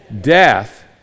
death